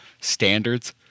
standards